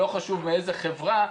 לא חשוב מאיזה חברה,